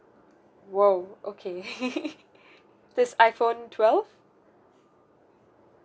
!wow! okay this iphone twelve